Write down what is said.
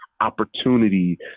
opportunity